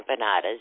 empanadas